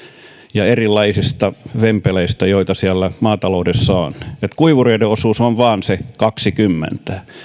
ja erilaisista vempeleistä joita siellä maataloudessa on kuivureiden osuus on vain se kaksikymmentä